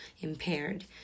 impaired